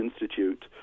Institute